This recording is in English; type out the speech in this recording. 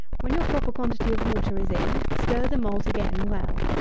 when your proper quantity of water is in, stir the malt again well.